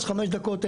חמש דקות,